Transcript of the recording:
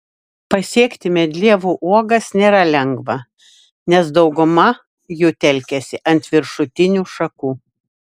pasiekti medlievų uogas nėra lengva nes dauguma jų telkiasi ant viršutinių šakų